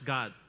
God